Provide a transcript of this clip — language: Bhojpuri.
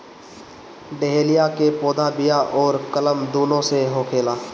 डहेलिया के पौधा बिया अउरी कलम दूनो से होखेला